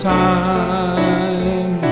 time